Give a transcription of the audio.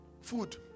food